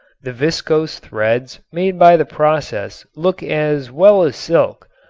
the viscose threads made by the process look as well as silk,